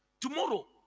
Tomorrow